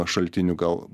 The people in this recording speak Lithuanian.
šaltinių gal